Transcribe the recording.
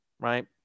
right